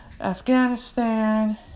Afghanistan